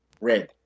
red